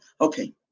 Okay